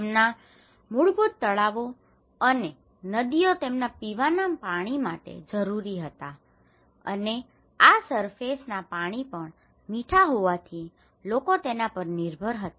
તેમના મૂળભૂત તળાવો અને નદીઓ તેમના પીવાના પાણી માટે જરૂરી હતા અને આ સરફેસના surface સપાટી પાણી પણ મીઠા હોવાથી લોકો તેના પર નિર્ભર હતા